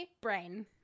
brain